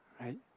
right